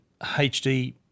HD